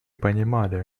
понимали